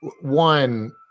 one